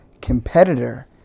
competitor